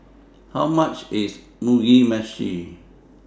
How much IS Mugi Meshi